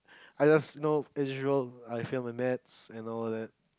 I just know as usual I failed my maths and all that